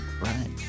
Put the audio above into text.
Right